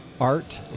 Art